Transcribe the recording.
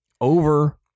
Over